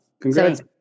Congrats